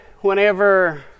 whenever